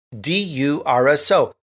d-u-r-s-o